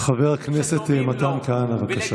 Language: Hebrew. חבר הכנסת מתן כהנא, בבקשה.